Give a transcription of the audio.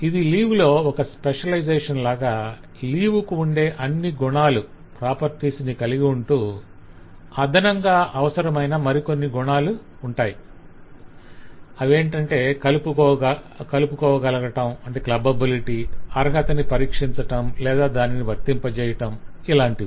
ఇది లీవ్ లో ఒక స్పెషలైజేషన్ లాగా లీవ్ కు ఉండే అన్ని గుణాలు ఉంటూ అదనంగా అవసరమైన మరికొన్ని గుణాలు ఉంటాయి - 'clubbability' కలుపుకోవగలగటం అర్హతని పరీక్షించటం లేదా దానిని వర్తింపచేయటం ఇలాంటివి